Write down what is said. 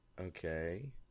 Okay